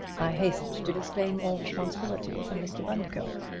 i hastened to disclaim all responsibility for mr. bundercombe.